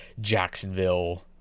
Jacksonville